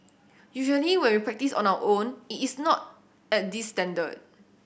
usually when we practise on our own it is not at this standard